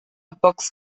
boxt